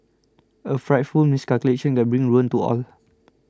a frightful miscalculation can bring ruin to all